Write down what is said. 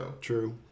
True